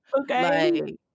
Okay